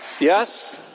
Yes